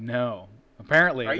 no apparently